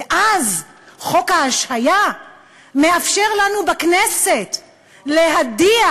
ואז חוק ההשעיה מאפשר לנו בכנסת להדיח